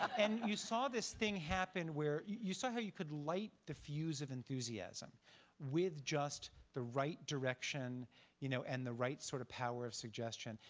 and you saw this thing happen where, you saw how you could light the fuse of enthusiasm with just the right direction you know and the right sort of power of suggestion.